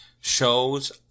shows